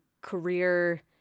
career